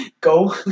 Go